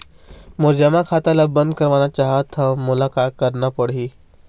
मोर जमा खाता ला बंद करवाना चाहत हव मोला का करना पड़ही?